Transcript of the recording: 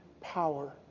power